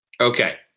Okay